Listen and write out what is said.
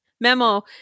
Memo